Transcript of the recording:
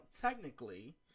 technically